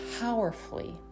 powerfully